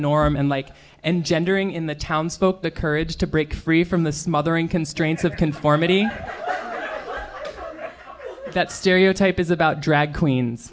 norm and like engendering in the townsfolk the courage to break free from the smothering constraints of conformity that stereotype is about drag queens